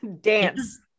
dance